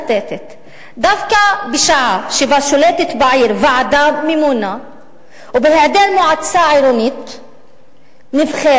"דווקא בשעה שבה שולטת בעיר ועדה ממונה ובהיעדר מועצה עירונית נבחרת,